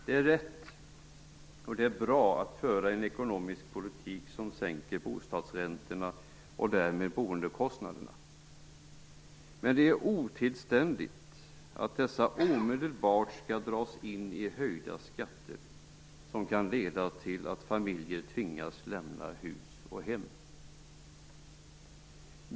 Det är rätt, och det är bra, att föra en ekonomisk politik som sänker bostadsräntorna och därmed boendekostnaderna. Men det är otillständigt att dessa omedelbart skall dras in i höjda skatter som kan leda till att familjer tvingas lämna hus och hem.